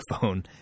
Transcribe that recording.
phone